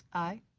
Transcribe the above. aye.